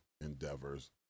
endeavors